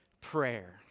prayer